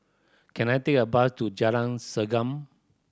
can I take a bus to Jalan Segam